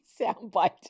soundbite